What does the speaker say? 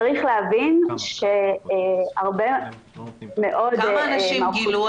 צריך להבין שהרבה מאוד מהאוכלוסייה הזאת --- כמה אנשים התגלו?